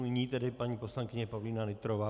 Nyní tedy paní poslankyně Pavlína Nytrová.